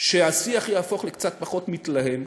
שהשיח יהפוך קצת פחות מתלהם,